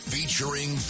Featuring